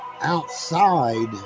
outside